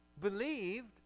believed